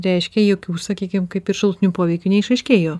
reiškia jokių sakykim kaip ir šalutinių poveikių neišaiškėjo